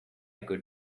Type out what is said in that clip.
could